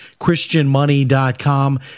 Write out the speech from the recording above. christianmoney.com